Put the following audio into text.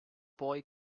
boy